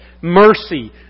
mercy